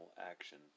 Action